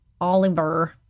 Oliver